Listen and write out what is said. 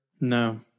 No